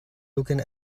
looking